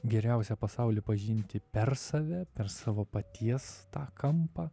geriausia pasaulį pažinti per save per savo paties tą kampą